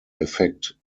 effekt